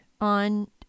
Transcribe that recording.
on